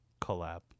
collab